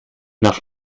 nach